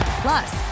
Plus